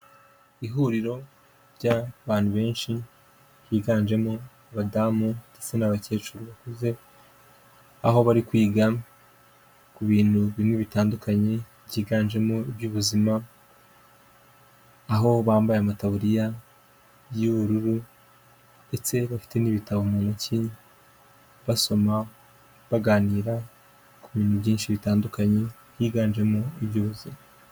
Ihuriro ry'abantu benshi biganjemo abadamu ndetse n'abakecuru bakuze; aho bari kwiga ku bintu bimwe bitandukanye byiganjemo iby'ubuzima; aho bambaye amataburiya y'ubururu ndetse bafite n'ibitabo mu ntoki basoma, baganira ku bintu byinshi bitandukanye higanjemo iby'ubuzima.